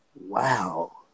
wow